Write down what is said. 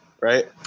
right